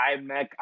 iMac